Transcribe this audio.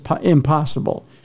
impossible